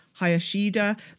Hayashida